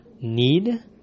need